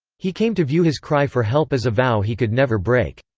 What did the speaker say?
he came to view his cry for help as a vow he could never break.